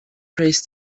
prays